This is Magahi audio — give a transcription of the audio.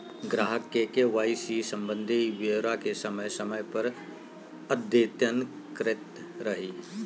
ग्राहक के के.वाई.सी संबंधी ब्योरा के समय समय पर अद्यतन करैयत रहइ